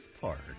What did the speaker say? Park